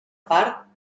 part